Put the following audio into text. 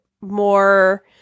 more